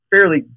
fairly